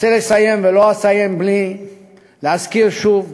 רוצה לסיים, ולא אסיים בלי להזכיר שוב: